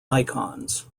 icons